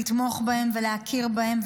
לתמוך בהם ולהכיר בהם,